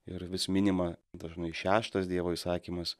ir vis minima dažnai šeštas dievo įsakymas